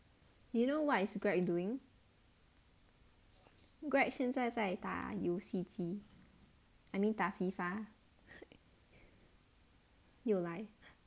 you know what is greg doing greg 现在在打游戏机 I mean 打 FIFA 又来